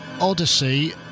Odyssey